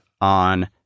on